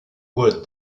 wood